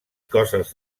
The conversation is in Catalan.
coses